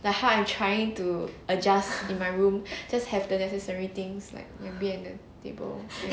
like how I'm trying to adjust in my room just have the necessary things like your bed and the table ya